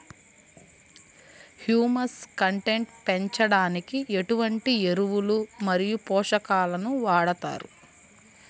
Humus content పెంచడానికి ఎటువంటి ఎరువులు మరియు పోషకాలను వాడతారు?